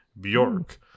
bjork